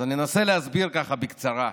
אז אני אנסה להסביר ככה בקצרה.